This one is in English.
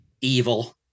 evil